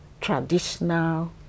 traditional